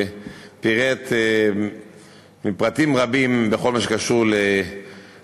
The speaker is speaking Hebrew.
ופירט פרטים רבים בכל מה שקשור לבינוי,